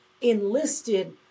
Enlisted